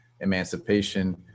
emancipation